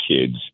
kids –